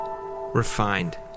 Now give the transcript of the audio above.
refined